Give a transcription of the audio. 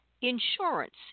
insurance